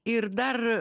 ir dar